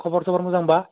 खबर सबर मोजांबा